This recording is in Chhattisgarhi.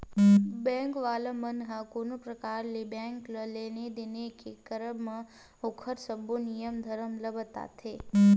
बेंक वाला मन ह कोनो परकार ले बेंक म लेन देन के करब म ओखर सब्बो नियम धरम ल बताथे